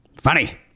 funny